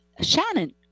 shannon